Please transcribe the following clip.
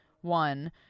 One